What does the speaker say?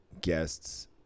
guests